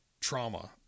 trauma